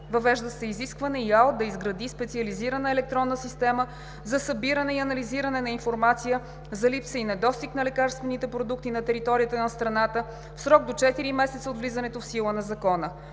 Въвежда се изискване ИАЛ да изгради специализирана електронна система за събиране и анализиране на информация, за липса и недостиг на лекарствени продукти на територията на страната в срок до четири месеца от влизането в сила на Закона.